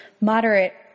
moderate